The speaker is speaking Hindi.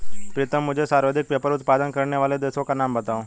प्रीतम मुझे सर्वाधिक पेपर उत्पादन करने वाले देशों का नाम बताओ?